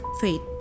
faith